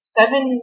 Seven